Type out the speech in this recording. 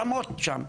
שמות שם,